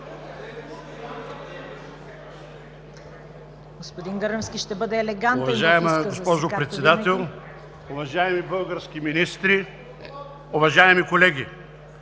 Господин Гърневски ще бъде елегантен